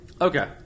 Okay